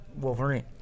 Wolverine